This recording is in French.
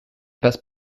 passe